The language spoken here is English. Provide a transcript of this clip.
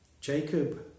Jacob